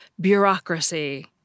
bureaucracy